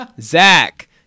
Zach